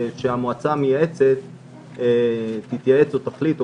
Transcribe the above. שהמועצה המייעצת תתייעץ או תחליט,